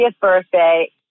birthday